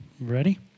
Ready